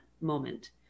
moment